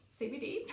CBD